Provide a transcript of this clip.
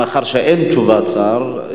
מאחר שאין תשובת שר,